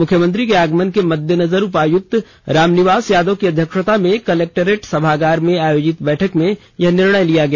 मुख्यमंत्री के आगमन के मद्देनजर उपायुक्त रामनिवास यादव की अध्यक्षता में कलेक्ट्रेट सभागार में आयोजित बैठक में यह निर्णय लिया गया